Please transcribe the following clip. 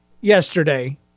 yesterday